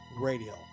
Radio